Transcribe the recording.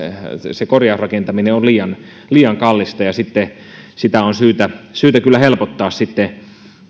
korjausrakentaminen on liian liian kallista ja sitä on syytä syytä kyllä helpottaa